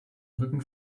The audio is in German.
rücken